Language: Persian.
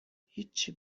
هیچی